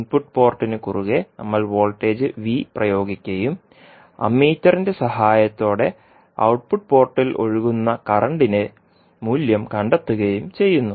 input പോർട്ടിന് കുറുകെ നമ്മൾ വോൾട്ടേജ് V പ്രയോഗിക്കുകയും അമ്മീറ്ററിന്റെ സഹായത്തോടെ ഔട്ട്പുട്ട് പോർട്ടിൽ ഒഴുകുന്ന കറന്റിന്റെ മൂല്യം കണ്ടെത്തുകയും ചെയ്യുന്നു